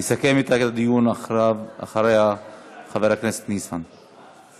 יסכם את הדיון אחריה חבר הכנסת ניסן סלומינסקי,